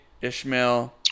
Ishmael